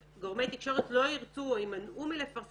גורמי תקשורת לא ירצו או יימנעו מלפרסם,